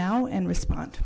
now and respond